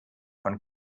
von